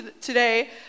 today